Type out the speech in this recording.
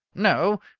no!